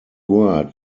word